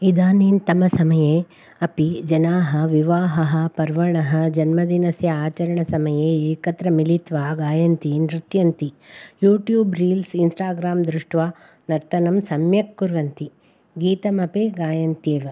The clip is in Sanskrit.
इदानीन्तनसमये अपि जनाः विवाहः पर्वणः जन्मदिनस्य आचरणसमये एकत्र मिलित्वा गायन्ति नृत्यन्ति यूट्यूब् रील्स् इन्स्टाग्राम् दृष्ट्वा नर्तनं सम्यक् कुर्वन्ति गीतमपि गायन्त्येव